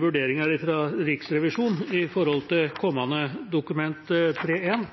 vurderinger fra Riksrevisjonen når det gjelder kommende Dokument 3:1.